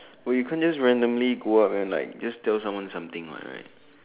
we couldn't just randomly just go out then just tell you someone something like right